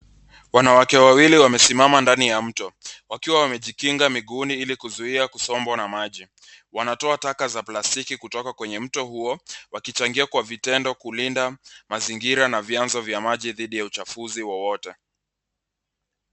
Wanawake wawili wamesimama ndani ya mto wakiwa wamejikinga miguuni wakizuia kusombwa na maji. Wanatoa taka za plastiki kutoka kwenye mto huo wakichangia kwa vitendo kulinda mazingira na vianzo vya maji dhidi uchafuzi wowote.